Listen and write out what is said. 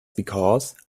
because